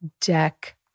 deck